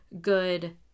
good